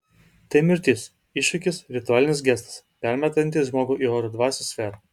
tai mirtis iššūkis ritualinis gestas permetantis žmogų į oro dvasių sferą